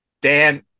Dan